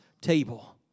table